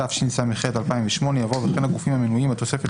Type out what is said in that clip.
התשס"ח 2008" יבוא "וכן הגופים המנויים בתוספת